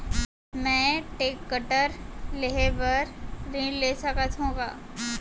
मैं टेकटर लेहे बर ऋण ले सकत हो का?